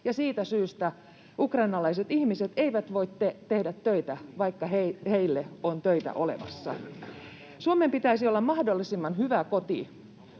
siitä syystä ukrainalaiset ihmiset eivät voi tehdä töitä, vaikka heille on töitä olemassa. Suomen pitäisi olla mahdollisimman hyvä koti